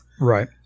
Right